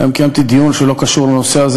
היום קיימתי דיון שלא קשור לנושא הזה